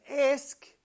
ask